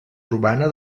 urbana